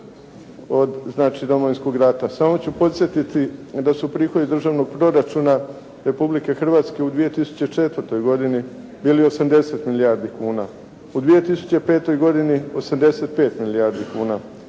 Domovinskog rata. Samo ću podsjetiti da su prihodi državnog proračuna Republike Hrvatske u 2004. godini bili 80 milijardi kuna u 2005. godini 85 milijardi kuna,